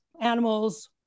Animals